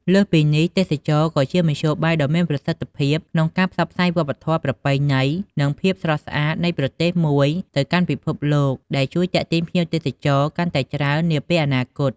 លើសពីនេះ ទេសចរណ៍ក៏ជាមធ្យោបាយដ៏មានប្រសិទ្ធភាពក្នុងការផ្សព្វផ្សាយវប្បធម៌ ប្រពៃណី និងភាពស្រស់ស្អាតនៃប្រទេសមួយទៅកាន់ពិភពលោក ដែលជួយទាក់ទាញភ្ញៀវទេសចរកាន់តែច្រើននាពេលអនាគត។